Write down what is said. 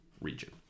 region